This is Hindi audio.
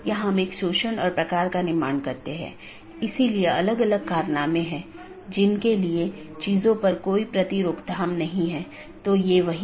यहाँ दो प्रकार के पड़ोसी हो सकते हैं एक ऑटॉनमस सिस्टमों के भीतर के पड़ोसी और दूसरा ऑटॉनमस सिस्टमों के पड़ोसी